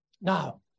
Now